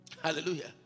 Hallelujah